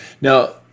Now